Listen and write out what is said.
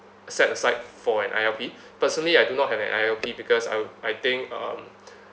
set aside for an I_L_P personally I do not have an I_L_P be because I I think um